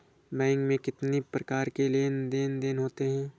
Bank में कितनी प्रकार के लेन देन देन होते हैं?